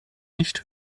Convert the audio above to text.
nicht